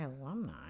alumni